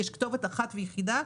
יש כתובת אחת ויחידה,